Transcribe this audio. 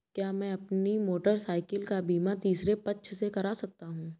क्या मैं अपनी मोटरसाइकिल का बीमा तीसरे पक्ष से करा सकता हूँ?